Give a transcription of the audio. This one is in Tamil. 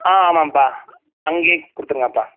ஆ ஆமாம்ப்பா அங்கேயே கொடுத்துடுங்கப்பா